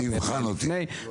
תבחן אותי.